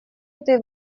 этой